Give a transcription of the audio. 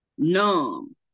numb